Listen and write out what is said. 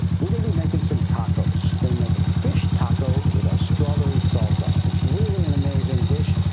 we're gonna be making some tacos. gonna make a fish taco with a strawberry salsa. it's really an amazing dish.